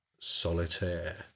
Solitaire